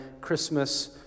Christmas